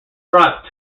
brought